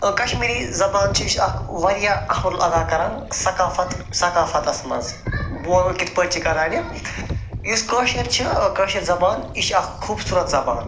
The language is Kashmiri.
ٲں کَشمیٖری زبان چھِ یہِ چھِ اَکھ واریاہ أہم رول ادا کران ثقافت ثقافَتَس منٛز بولُن کِتھ پٲٹھۍ چھُ کران یہِ یۄس کٲشِر چھِ کٲشِر زبان یہِ چھِ اَکھ خوٗبصوٗرت زبان